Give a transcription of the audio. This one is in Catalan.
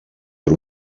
per